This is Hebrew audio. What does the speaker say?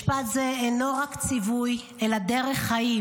משפט זה אינו רק ציווי, אלא דרך חיים,